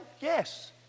Yes